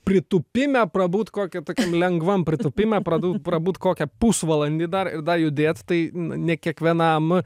pritūpime prabūt kokia tokiam lengvam pritūpime pradū prabūt kokią pusvalandį dar ir dar judėt tai n ne kiekvienam